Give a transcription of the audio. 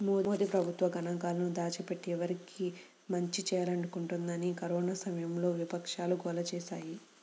మోదీ ప్రభుత్వం గణాంకాలను దాచిపెట్టి, ఎవరికి మంచి చేయాలనుకుంటోందని కరోనా సమయంలో విపక్షాలు గోల చేశాయి